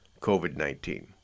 COVID-19